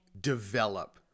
develop